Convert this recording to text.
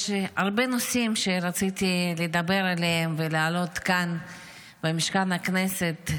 יש הרבה נושאים שרציתי לדבר עליהם ולהעלות אותם כאן במשכן הכנסת,